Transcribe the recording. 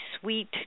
sweet